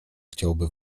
chciałby